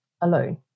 alone